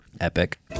Epic